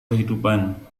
kehidupan